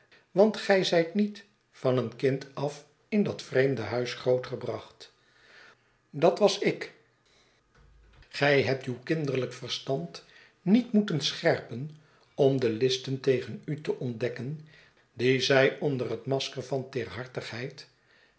want gij zijt niet van een kind af in dat vreemde huis groot gebracht dat was ik gij hebt uw kinderlijk verstand niet moeten scherpen om de listen tegen u te ontdekken die zij onder het masker van